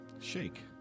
Shake